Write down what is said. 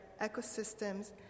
ecosystems